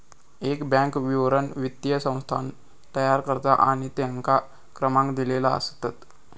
एक बॅन्क विवरण वित्तीय संस्थान तयार करता आणि तेंका क्रमांक दिलेले असतत